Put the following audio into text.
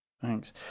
Thanks